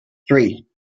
three